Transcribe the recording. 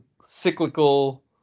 cyclical